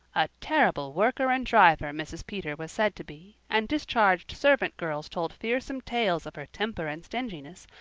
a terrible worker and driver, mrs. peter was said to be and discharged servant girls told fearsome tales of her temper and stinginess,